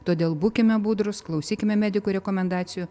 todėl būkime budrūs klausykime medikų rekomendacijų